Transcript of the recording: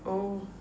oh oh